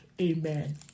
amen